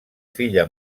filla